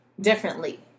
differently